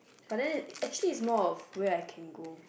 but then actually is more of way I can go